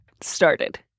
started